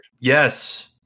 Yes